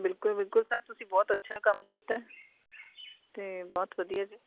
ਬਿਲਕੁਲ ਬਿਲਕੁਲ ਸਰ ਤੁਸੀਂ ਬਹੁਤ ਅੱਛਾ ਕੰਮ ਕੀਤਾ ਅਤੇ ਬਹੁਤ ਵਧੀਆ ਜੀ